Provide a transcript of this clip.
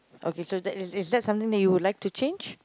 okay so that is is that something that you would like to change